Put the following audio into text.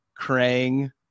Krang